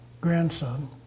grandson